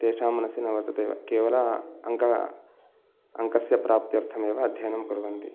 तेषां मनसि न वर्तते एव केवल अङ्क अङ्कस्य प्राप्त्यर्थमेव अध्ययनं कुर्वन्ति